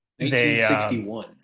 1961